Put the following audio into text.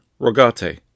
Rogate